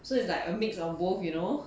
so it's like a mix of both you know